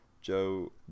Joe